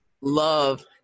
love